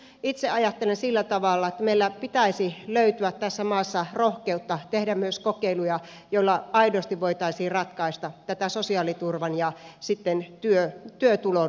itse ajattelen sillä tavalla että meillä pitäisi löytyä tässä maassa rohkeutta tehdä myös kokeiluja joilla aidosti voitaisiin ratkaista tätä sosiaaliturvan ja työtulon yhteensovittamista